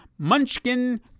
Munchkin